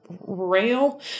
rail